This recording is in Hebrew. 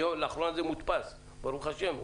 לאחרונה זה מודפס ברוך השם.